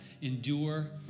endure